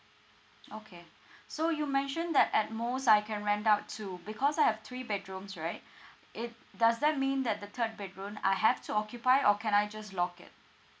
okay so you mentioned that at most I can rent out two because I have three bedrooms right it does that mean that the third bedroom I have to occupy or can I just lock it